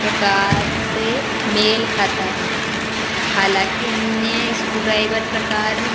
प्रकार से मेल खाता है हालांकि अन्य स्क्रू ड्राइवर प्रकार